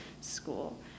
school